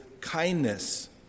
kindness